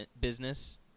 business